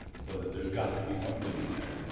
so that there's got to be something in there.